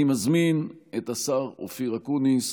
אני מזמין את השר אופיר אקוניס